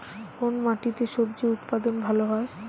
কোন মাটিতে স্বজি উৎপাদন ভালো হয়?